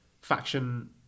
faction